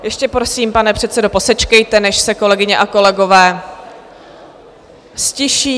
Ještě prosím, pane předsedo, posečkejte, než se kolegyně a kolegové ztiší.